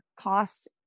cost